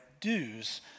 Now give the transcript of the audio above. Dues